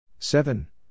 Seven